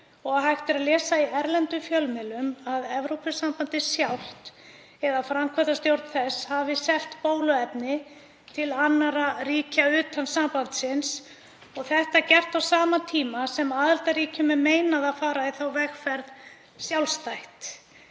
og hægt er að lesa í erlendum fjölmiðlum að Evrópusambandið sjálft, eða framkvæmdastjórn þess, hafi selt bóluefni til annarra ríkja utan sambandsins. Það er gert á sama tíma og aðildarríkjum er meinað að fara sjálfstætt